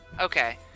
okay